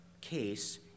case